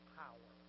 power